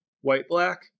white-black